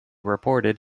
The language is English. reported